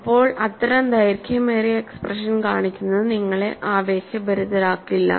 ഇപ്പോൾ അത്തരം ദൈർഘ്യമേറിയ എക്സ്പ്രഷൻ കാണിക്കുന്നത് നിങ്ങളെ ആവേശഭരിതരാക്കില്ല